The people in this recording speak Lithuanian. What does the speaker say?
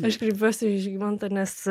aš kreipiupsi į žymantą nes